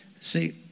See